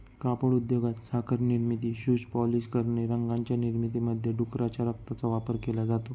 कापड उद्योगात, साखर निर्मिती, शूज पॉलिश करणे, रंगांच्या निर्मितीमध्ये डुकराच्या रक्ताचा वापर केला जातो